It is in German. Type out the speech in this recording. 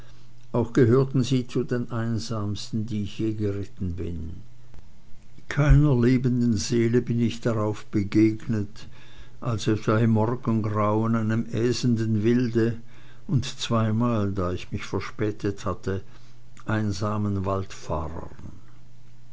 auch gehörten sie zu den einsamsten die ich je geritten bin keiner lebendigen seele bin ich darauf begegnet als etwa im morgengrauen einem ätzenden wilde und zweimal da ich mich verspätet hatte einsamen waldfahrern